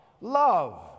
Love